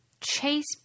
Chase